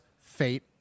Fate